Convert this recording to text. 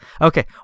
okay